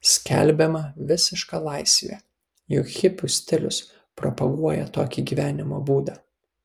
skelbiama visiška laisvė juk hipių stilius propaguoja tokį gyvenimo būdą